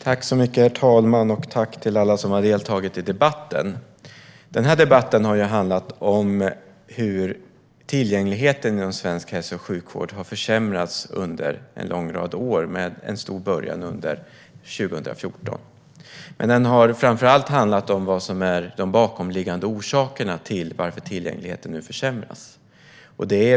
Herr talman! Tack till alla som har deltagit i debatten! Debatten har handlat om hur tillgängligheten inom svensk hälso och sjukvård har försämrats under en lång rad år, med en stark början under 2014. Men den har framför allt handlat om de bakomliggande orsakerna till att tillgängligheten nu försämras.